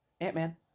Ant-Man